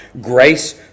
grace